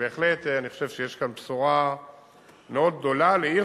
ובהחלט אני חושב שיש כאן בשורה מאוד גדולה לעיר,